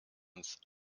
uns